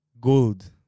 gold